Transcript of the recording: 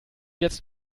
jetzt